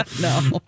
No